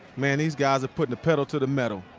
man, these guys are putting the pedal to the metal.